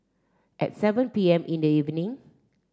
at seven P M in the evening